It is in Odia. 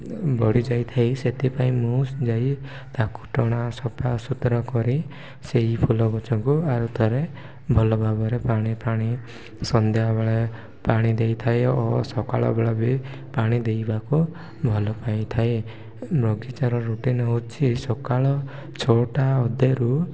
ବଢ଼ିଯାଇଥାଏ ସେଥିପାଇଁ ମୁଁ ଯାଇ ତାକୁ ଟଣା ସଫାସୁୁତୁରା କରି ସେହି ଫୁଲ ଗଛକୁ ଆଉ ଥରେ ଭଲ ଭାବରେ ପାଣି ଫାଣି ସନ୍ଧ୍ୟାବେଳେ ପାଣି ଦେଇଥାଏ ଓ ସକାଳ ବେଳେ ବି ପାଣି ଦେବାକୁ ଭଲ ପାଇଥାଏ ବଗିଚାର ରୁଟିନ୍ ହେଉଛି ସକାଳ ଛଅଟା ଅଧେରୁ